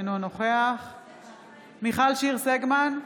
אינו נוכח מיכל שיר סגמן,